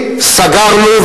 סגרנו,